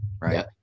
right